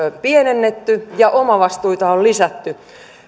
pienennetty ja omavastuita on lisätty